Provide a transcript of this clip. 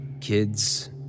kids